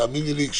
תאמיני לי,